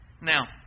Now